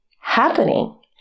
happening